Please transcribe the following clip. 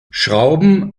schrauben